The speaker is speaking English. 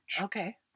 okay